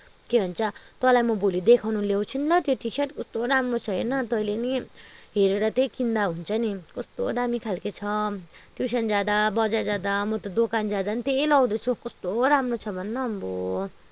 के भन्छ तँलाई म भोलि देखाउन ल्याउँछु नि ल त्यो टी सर्ट कस्तो राम्रो छ हेर्न तैँले पनि हेरेर त्यही किन्दा हुन्छ नि कस्तो दामी खालके छ ट्युसन जाँदा बजार जाँदा म त दोकान जाँदा पनि त्यही लाउँदै छु कस्तो राम्रो छ भन न आम्बो